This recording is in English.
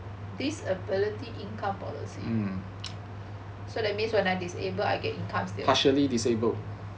disability income policy so that means when I disable I get income still